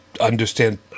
understand